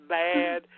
bad